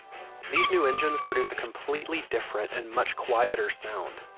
these new engines produce a completely different and much quieter sound.